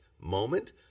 moment